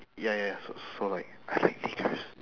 ya ya ya so so like I like teachers